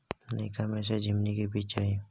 नयका में से झीमनी के बीज चाही?